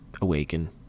awaken